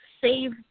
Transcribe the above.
save